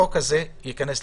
אם מישהו החזיר לך צ'ק?